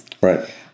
Right